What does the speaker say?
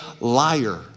liar